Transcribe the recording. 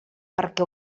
perquè